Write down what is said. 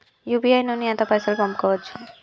UPI నుండి ఎంత పైసల్ పంపుకోవచ్చు?